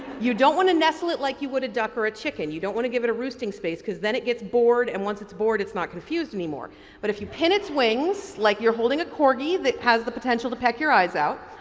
you don't want to nestle it like you would a duck or a chicken. you don't want to give it a roosting space because then it gets bored and once it's bored it's not confused anymore but if you pin its wings like you're holding a corgi that has the potential to peck your eyes out,